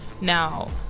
Now